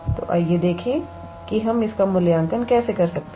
तो आइए देखें कि हम इसका मूल्यांकन कैसे कर सकते हैं